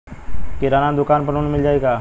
किराना दुकान पर लोन मिल जाई का?